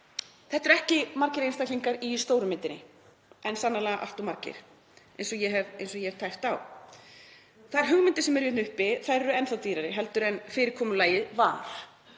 Þetta eru ekki margir einstaklingar í stóru myndinni en sannarlega allt of margir, eins og ég hef tæpt á. Þær hugmyndir sem eru hérna uppi eru enn þá dýrari en fyrirkomulagið sem